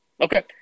Okay